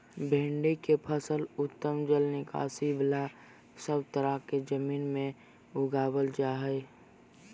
भिंडी के फसल उत्तम जल निकास बला सब तरह के जमीन में उगावल जा हई